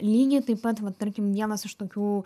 lygiai taip pat va tarkim vienas iš tokių